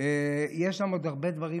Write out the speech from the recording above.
יש לטפל בעוד הרבה דברים,